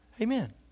Amen